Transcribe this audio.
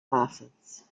classes